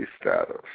status